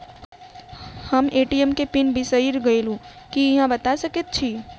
हम ए.टी.एम केँ पिन बिसईर गेलू की अहाँ बता सकैत छी?